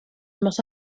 must